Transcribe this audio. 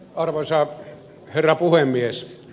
arvoisa herra puhemies